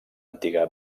antiga